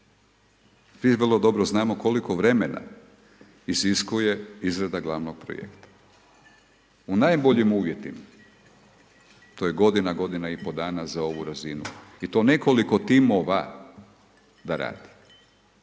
Mi vrlo dobro znamo koliko vremena iziskuje izrada glavnog projekta. U najboljim uvjetima, to je godina, godina i pol dana za ovu razinu i to nekoliko timova da radi.